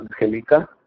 Angelica